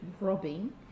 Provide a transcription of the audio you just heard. robbing